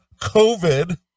COVID